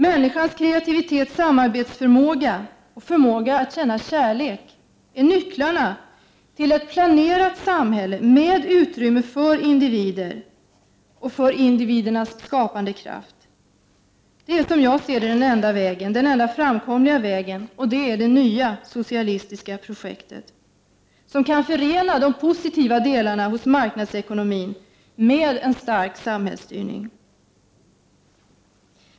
Människans kreativitet, hennes samarbetsförmåga och förmåga att känna kärlek är nyckeln till ett planerat samhälle med utrymme för individer och för individernas skapandekraft. Detta är, som jag ser det, den enda framkomliga vägen, och det är tanken bakom det nya socialistiska projektet. På det sättet kan vi förena de positiva delarna hos marknadsekonomin med en stark samhällsstyrning.